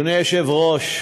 אדוני היושב-ראש,